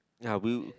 ya we'll